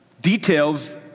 details